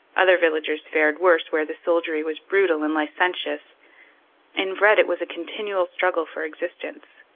other villagers fared worse where the soldiery was brutal and licentious in vred it was a continual struggle for existence.